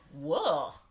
Whoa